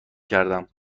کردم